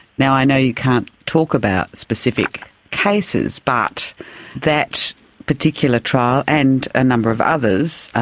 now, i know you can't talk about specific cases, but that particular trial and a number of others,